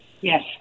Yes